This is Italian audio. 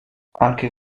anche